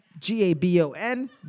G-A-B-O-N